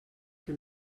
que